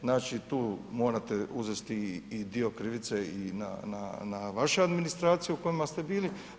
Znači, tu morate uzeti i dio krivice i na vašu administraciju u kojoj ste biti.